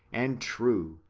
and true,